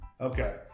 Okay